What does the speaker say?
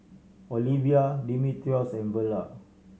Olevia Dimitrios and Verla